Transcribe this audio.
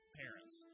parents